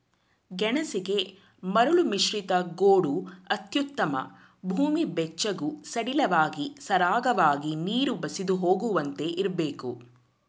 ಗೆಣಸಿಗೆ ಮರಳುಮಿಶ್ರಿತ ಗೋಡು ಅತ್ಯುತ್ತಮ ಭೂಮಿ ಬೆಚ್ಚಗೂ ಸಡಿಲವಾಗಿ ಸರಾಗವಾಗಿ ನೀರು ಬಸಿದು ಹೋಗುವಂತೆ ಇರ್ಬೇಕು